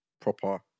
proper